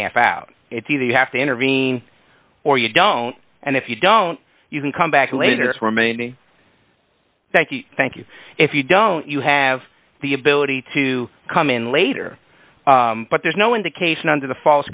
half out it's either you have to intervene or you don't and if you don't you can come back later that's remaining thank you thank you if you don't you have the ability to come in later but there's no indication under the false